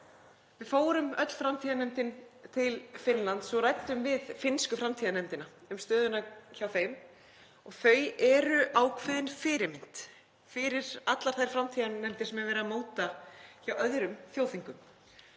Við fórum, öll framtíðarnefndin, til Finnlands og ræddum við finnsku framtíðarnefndina um stöðuna hjá þeim. Þau eru ákveðin fyrirmynd fyrir allar þær framtíðarnefndir sem verið er að móta hjá öðrum þjóðþingum.